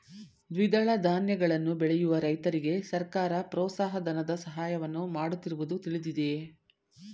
ದ್ವಿದಳ ಧಾನ್ಯಗಳನ್ನು ಬೆಳೆಯುವ ರೈತರಿಗೆ ಸರ್ಕಾರ ಪ್ರೋತ್ಸಾಹ ಧನದ ಸಹಾಯವನ್ನು ಮಾಡುತ್ತಿರುವುದು ತಿಳಿದಿದೆಯೇ?